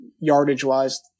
yardage-wise